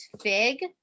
Fig